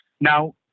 Now